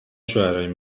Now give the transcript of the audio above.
شوهرای